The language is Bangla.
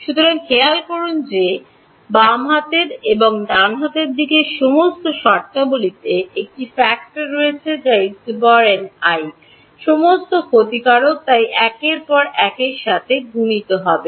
সুতরাং খেয়াল করুন যে বাম হাতের এবং ডান দিকের সমস্ত শর্তাবলীতে একটি ফ্যাক্টর রয়েছে যা En সমস্ত ক্ষতিকারক তাই একে অপরের সাথে গুণিত হবে